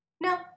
No